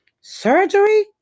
Surgery